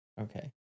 Okay